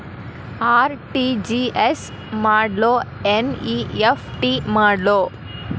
RTGS ಮಾಡ್ಲೊ NEFT ಮಾಡ್ಲೊ?